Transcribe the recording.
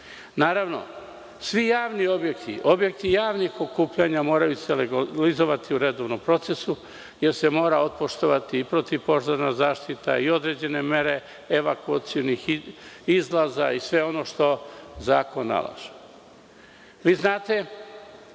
vama. Naravno, svi javni objekti, objekti javnih okupljanja moraju se legalizovati u redovnom procesu, jer se mora otpoštovati i protivpožarna zaštita i određene mere evakuacionih izlaza i sve ono što zakon nalaže. Vi